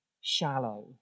shallow